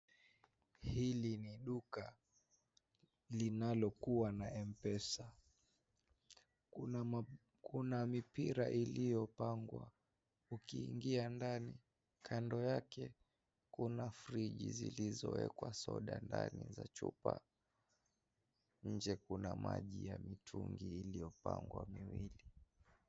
Hili ni duka linalokuwa na M-pesa. Kuna mipira iliyopangwa. Ukiingia ndani, kando yake, kuna friji zilizoekwa soda ndani za chupa. Nje kuna maji ya mitungi iliyopagwa miwili.